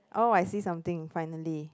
oh I see something finally